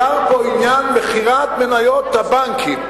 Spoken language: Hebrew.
עניין מכירת מניות הבנקים,